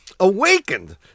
awakened